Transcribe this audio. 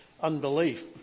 unbelief